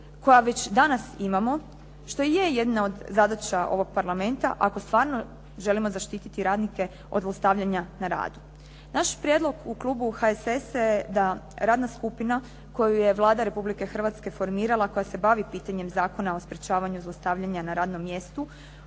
koja već danas imamo što je jedan od zadaća ovog Parlamenta ako stvarno želimo zaštiti radnike od zlostavljanja na radu. Naš prijedlog u klubu HSS-a je da radna skupina koju je Vlada Republike Hrvatske formirala koja se bavi pitanjem Zakona o sprječavanju zlostavljanja na radnom mjestu